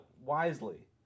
wisely